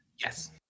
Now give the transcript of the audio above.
Yes